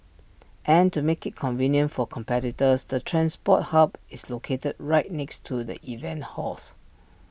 and to make IT convenient for competitors the transport hub is located right next to the event halls